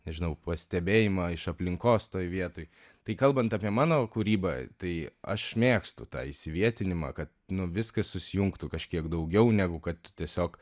nežinau pastebėjimą iš aplinkos toj vietoj tai kalbant apie mano kūrybą tai aš mėgstu tą įsivietinimą kad nu viskas susijungtų kažkiek daugiau negu kad tiesiog